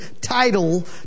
title